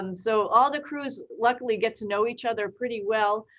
um so all the crews luckily get to know each other pretty well.